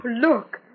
Look